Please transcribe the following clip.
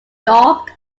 dog